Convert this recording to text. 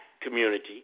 community